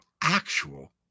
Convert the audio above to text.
actual